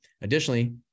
Additionally